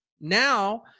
Now